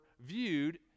viewed